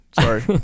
Sorry